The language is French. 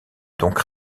donc